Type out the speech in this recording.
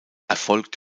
erfolgt